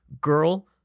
girl